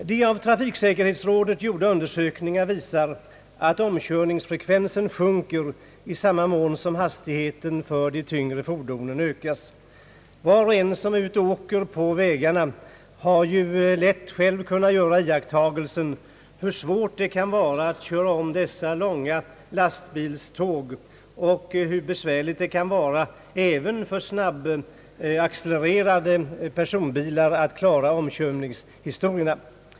De av trafiksäkerhetsrådet gjorda undersökningarna visar att omkörningsfrekvensen sjunker i samma mån som hastigheten för de tyngre fordonen höjs. Var och en som är ute och åker på vägarna har själv lätt kunnat göra iakttagelsen hur svårt det kan vara att köra om de långa lastbilstågen och hur besvärligt det kan vara även för snabbt accelererande personbilar att klara omkörningarna.